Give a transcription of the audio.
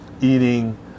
eating